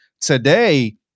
today